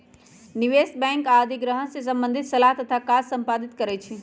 निवेश बैंक आऽ अधिग्रहण से संबंधित सलाह तथा काज संपादित करइ छै